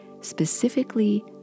specifically